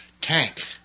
tank